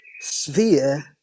sphere